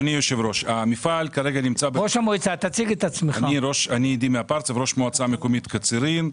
אני ראש מועצה מקומית קצרין.